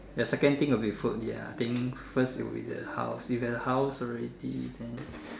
the second thing will be food ya I think first it will be the house if have a house already then